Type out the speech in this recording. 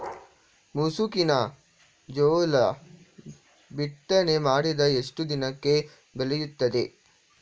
ಮುಸುಕಿನ ಜೋಳ ಬಿತ್ತನೆ ಮಾಡಿದ ಎಷ್ಟು ದಿನಕ್ಕೆ ಬೆಳೆಯುತ್ತದೆ?